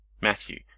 Matthew